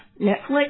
Netflix